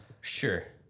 Sure